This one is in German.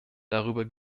darüber